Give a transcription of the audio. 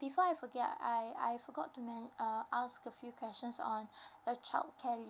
before I forget I I forgot to men uh ask a few questions on the childcare